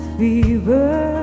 fever